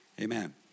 Amen